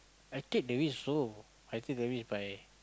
I take the risk so I take the risk by